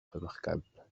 remarquables